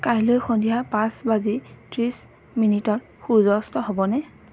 কাইলৈ সন্ধিয়া পাঁচ বাজি ত্ৰিছ মিনিটত সূৰ্য অস্ত হ'বনে